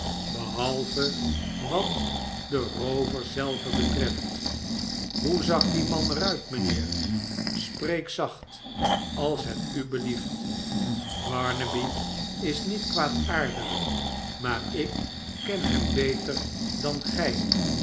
behalve wat den roover zelven betreft hoe zag die man er uit mijnheer spreek zacht als het u belieft barnaby is niet kwaadaardig maar ik ken hem beter dan gij